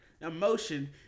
emotion